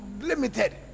limited